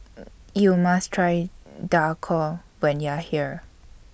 YOU must Try Dhokla when YOU Are here